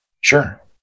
Sure